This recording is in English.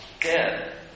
dead